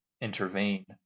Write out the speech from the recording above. intervene